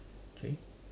okay